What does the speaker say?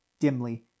Dimly